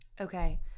Okay